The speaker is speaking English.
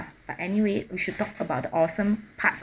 but anyway we should talk about the awesome part